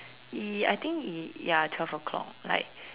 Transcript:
y~ I think ya twelve o-clock like